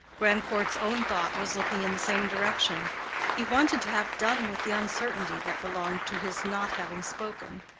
grandcourt's own thought was looking in the same direction he wanted to have done with the uncertainty that belonged to his not having spoken.